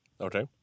Okay